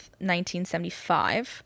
1975